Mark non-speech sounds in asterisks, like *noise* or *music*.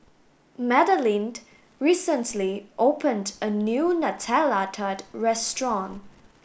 Madeleine *unintelligible* recently opened a new Nutella Tart restaurant